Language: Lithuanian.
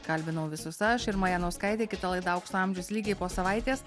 kalbinau visus aš irma janauskaitė kita laida aukso amžius lygiai po savaitės